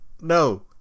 no